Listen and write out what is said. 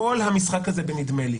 כל המשחק הזה הוא משחק בנדמה לי.